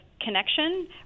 connection